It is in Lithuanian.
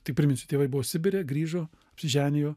tai priminsiu tėvai buvo sibire grįžo apsiženijo